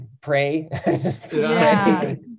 Pray